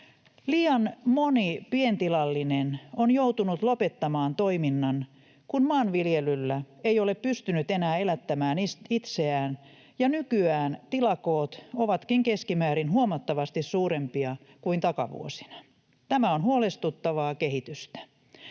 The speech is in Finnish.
Liian moni pientilallinen on joutunut lopettamaan toiminnan, kun maanviljelyllä ei ole pystynyt enää elättämään itseään, ja nykyään tilakoot ovatkin keskimäärin huomattavasti suurempia kuin takavuosina. Tämä on huolestuttavaa kehitystä.